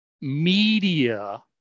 media